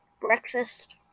Breakfast